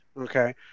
Okay